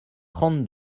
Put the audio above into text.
trente